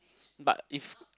but if